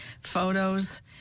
photos